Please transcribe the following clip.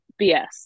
BS